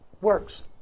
works